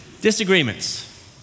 Disagreements